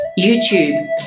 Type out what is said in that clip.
YouTube